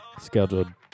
scheduled